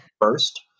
first